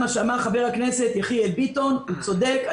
מה שאמר חבר הכנסת מיכאל ביטון, הוא צודק.